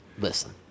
Listen